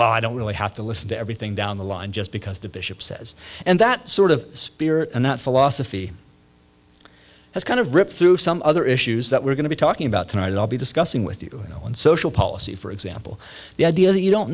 well i don't really have to listen to everything down the line just because the bishop says and that sort of spirit and that philosophy has kind of ripped through some other issues that we're going to be talking about tonight i'll be discussing with you on social policy for example the idea that you don't